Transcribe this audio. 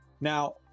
Now